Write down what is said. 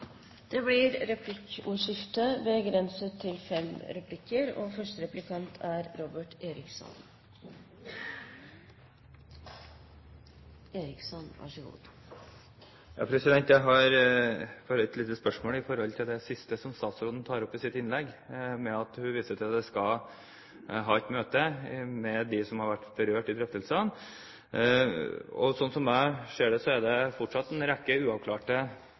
Det blir replikkordskifte. Jeg har bare et lite spørsmål til det siste statsråden tar opp i sitt innlegg; hun viser nemlig til at hun skal ha et møte med de som har vært berørt i drøftelsene. Slik jeg ser det, er det fortsatt en rekke uavklarte